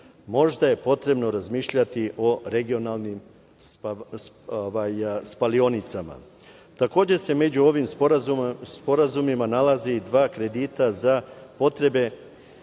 Možda je potrebno razmišljati o regionalnim spalionicama. Takođe se među ovim sporazumima nalaze i dva kredita za potrebe